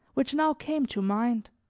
which now came to mind.